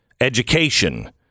education